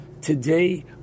today